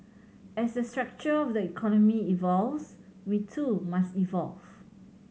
as the structure of the economy evolves we too must evolve